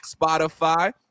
Spotify